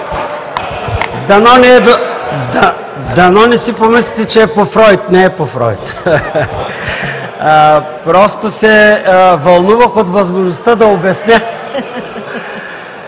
ЦОНЕВ: Дано не си помислите, че е по Фройд. Не е по Фройд. Просто се вълнувах от възможността да обясня.